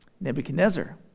Nebuchadnezzar